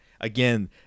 again